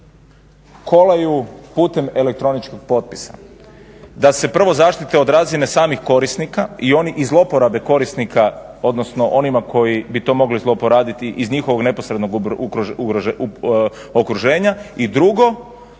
kolaju putem elektroničkog potpisa, da se prvo zaštite od razine samih korisnika i oni i zloporabe korisnika odnosno onima koji bi to mogli zloporabiti iz njihovog neposrednog okruženja i drugo,